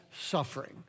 suffering